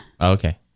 okay